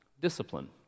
discipline